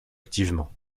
activement